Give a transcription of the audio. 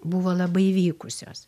buvo labai vykusios